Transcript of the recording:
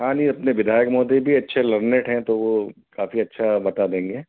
हाँ जी अपने विधायक महोदय भी अच्छे लरनेट हैं तो वह काफी अच्छा बता देंगे